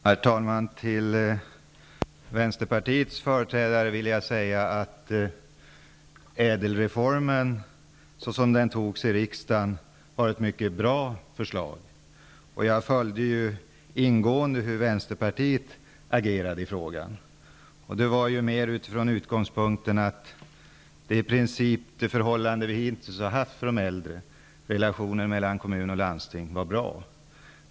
Herr talman! Till Vänsterpartiets företrädare vill jag säga att ÄDEL-reformen, såsom den beslutades i riksdagen, var ett mycket bra förslag. Jag följde ingående Vänsterpartiets agerande i frågan. Det gick i princip ut på att de relationer som varit mellan kommuner och landsting när det gäller vård och omsorg om de äldre var bra.